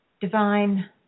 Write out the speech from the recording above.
divine